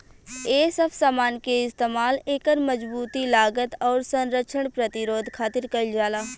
ए सब समान के इस्तमाल एकर मजबूती, लागत, आउर संरक्षण प्रतिरोध खातिर कईल जाला